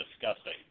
disgusting